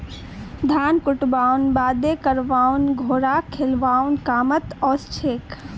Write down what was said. धान कुटव्वार बादे करवान घोड़ाक खिलौव्वार कामत ओसछेक